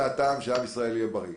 מהטעם שעם ישראל יהיה בריא.